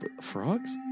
Frogs